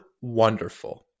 Wonderful